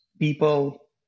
people